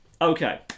Okay